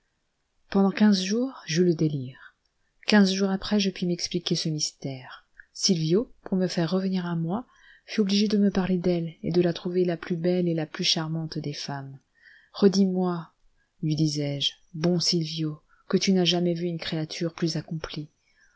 pendant quinze jours j'eus le délire quinze jours après je pus m'expliquer ce mystère sylvio pour me faire revenir à moi fut obligé de me parler d'elle et de la trouver la plus belle et la plus charmante des femmes redis moi lui disais-je bon sylvio que tu n'as jamais vu une créature plus accomplie